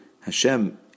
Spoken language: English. Hashem